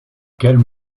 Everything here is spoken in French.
quelles